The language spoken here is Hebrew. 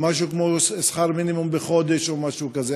משהו כמו שכר מינימום בחודש או משהו כזה,